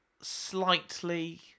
slightly